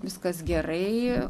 viskas gerai